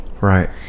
Right